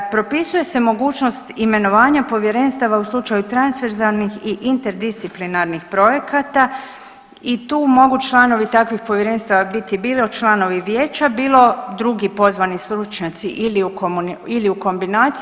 Propisuje se mogućnost imenovanja povjerenstava u slučaju transverzalnih i interdisciplinarnih projekata i tu mogu članovi takvih povjerenstava biti bilo članovi vijeća, bilo drugi pozvani stručnjaci ili u kombinaciji.